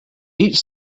each